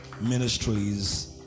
ministries